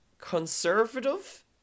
conservative